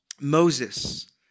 Moses